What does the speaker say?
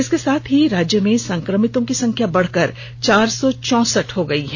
इसके साथ ही राज्य में संक्रमितों की संख्या बढ़कर चार सौ चौसट हो गई है